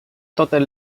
totes